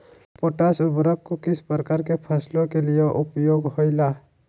Potash उर्वरक को किस प्रकार के फसलों के लिए उपयोग होईला?